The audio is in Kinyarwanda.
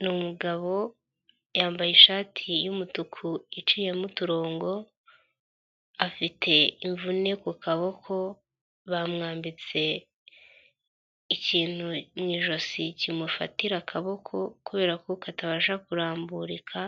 Ni umugabo yambaye ishati y'umutuku iciyemo uturongo, afite imvune ku kaboko, bamwambitse ikintu mu ijosi kimufatira akaboko kubera ko katabasha kuramburika,